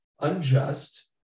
unjust